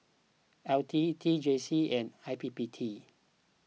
L T T J C and I P P T